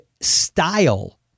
style